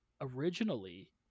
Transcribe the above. originally